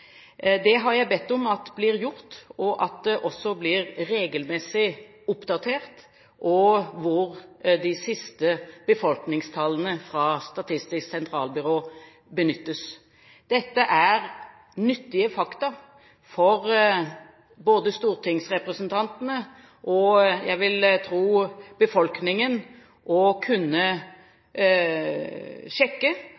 Det har jeg bedt om at blir gjort – og at det også regelmessig blir oppdatert – og hvor de siste befolkningstallene fra Statistisk sentralbyrå benyttes. Dette er nyttige fakta både for stortingsrepresentantene – og jeg vil tro for befolkningen – å